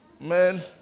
Man